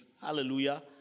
hallelujah